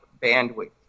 bandwidth